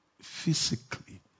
physically